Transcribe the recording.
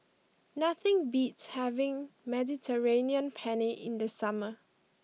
nothing beats having Mediterranean Penne in the summer